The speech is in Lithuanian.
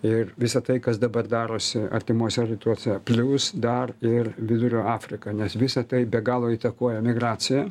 ir visa tai kas dabar darosi artimuose rytuose plius dar ir vidurio afrika nes visa tai be galo įtakoja migraciją